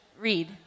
read